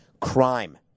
Crime